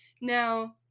Now